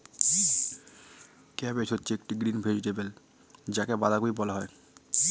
cabbage হচ্ছে একটি green vegetable যাকে বাঁধাকপি বলা হয়